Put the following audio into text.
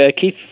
Keith